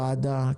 כוועדה,